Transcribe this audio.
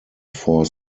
four